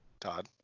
Todd